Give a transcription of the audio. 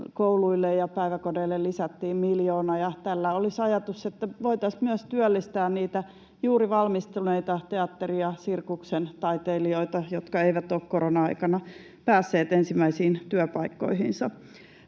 kouluille ja päiväkoteihin lisättiin miljoona, ja tässä olisi ajatuksena, että voitaisiin myös työllistää niitä juuri valmistuneita teatteri- ja sirkustaiteilijoita, jotka eivät ole korona-aikana päässeet ensimmäisiin työpaikkoihinsa.